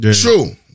True